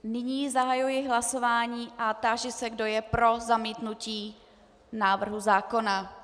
Nyní zahajuji hlasování a táži se, kdo je pro zamítnutí návrhu zákona.